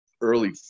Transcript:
early